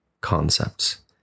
concepts